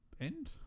end